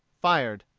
fired.